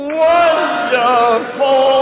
wonderful